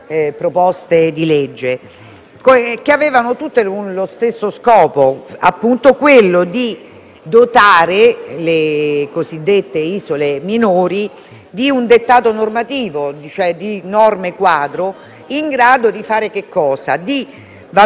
avevano tutte lo stesso scopo: quello di dotare le cosiddette isole minori di un dettato normativo, cioè di norme quadro in grado di valorizzare innanzitutto